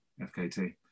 fkt